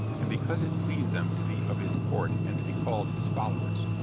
and because it pleased them to be of his court and to be called his followers.